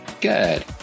Good